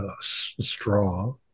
straw